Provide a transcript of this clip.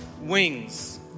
wings